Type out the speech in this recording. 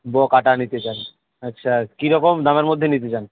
ব কাটা নিতে চান আচ্ছা কী রকম দামের মধ্যে নিতে চান